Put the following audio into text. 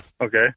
Okay